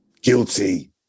Guilty